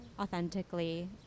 authentically